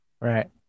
right